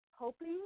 Hoping